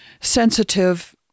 sensitive